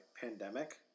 pandemic